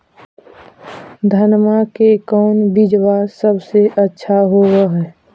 धनमा के कौन बिजबा सबसे अच्छा होव है?